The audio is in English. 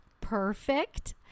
perfect